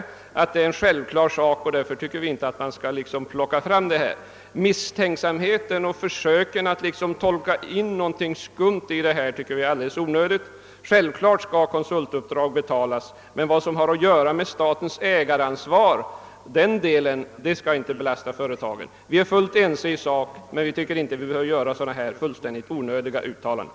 Det är självklart att ersättning skall erläggas, och därför tycker vi inte att det behöver särskilt framhållas. Misstänksamheten och försöken att liksom tolka in någonting skumt i detta finner vi vara alldeles onödigt. Visst skall konsultuppdrag betalas, men den del som har att göra med statens ägaransvar skall inte belasta företagen. Vi är fullt ense i sak, men utskottsmajoriteten tycker inte att riksdagen behöver göra sådana här fullständigt onödiga uttalanden.